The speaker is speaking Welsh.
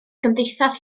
gymdeithas